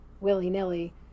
willy-nilly